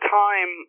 time